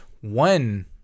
one